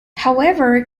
however